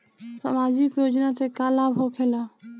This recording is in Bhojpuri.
समाजिक योजना से का लाभ होखेला?